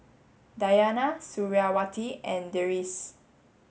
Dayana Suriawati and Deris